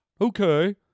Okay